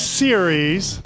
series